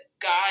God